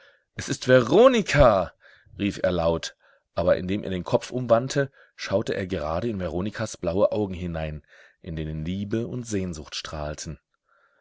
es ist veronika rief er laut aber indem er den kopf umwandte schaute er gerade in veronikas blaue augen hinein in denen liebe und sehnsucht strahlten